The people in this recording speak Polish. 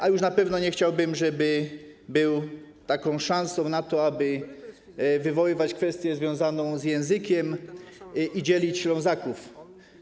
A już na pewno nie chciałbym, żeby była szansą na to, aby wywoływać kwestię związaną z językiem i dzielić Ślązaków.